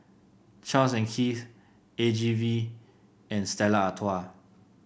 Charles Keith A G V and Stella Artois